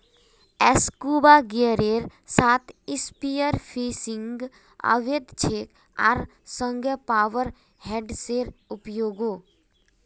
scuba गियरेर साथ spearfishing अवैध छेक आर संगह पावर हेड्सेर उपयोगो